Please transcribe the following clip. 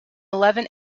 eleven